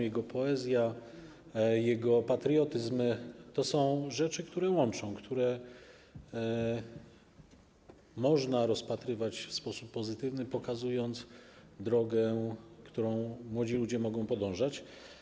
Jego poezja, jego patriotyzm to są rzeczy, które łączą, które można rozpatrywać w sposób pozytywny, pokazując drogę, którą młodzi ludzie mogą podążać.